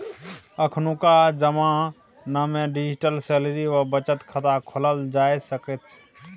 अखुनका जमानामे digital salary वा बचत खाता खोलल जा सकैत छै